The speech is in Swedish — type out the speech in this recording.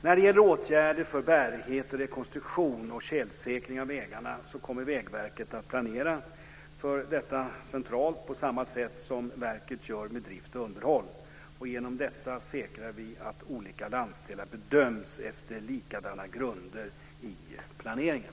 När det gäller åtgärder för bärighet, rekonstruktion och tjälsäkring av vägarna kommer Vägverket att planera för detta centralt på samma sätt som verket gör med drift och underhåll. Genom detta säkrar vi att olika landsdelar bedöms efter likadana grunder i planeringen.